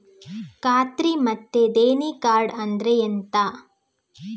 ಖಾತ್ರಿ ಮತ್ತೆ ದೇಣಿ ಕಾರ್ಡ್ ಅಂದ್ರೆ ಎಂತ?